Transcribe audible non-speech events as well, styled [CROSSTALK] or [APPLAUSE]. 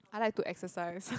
I like to exercise [BREATH]